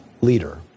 leader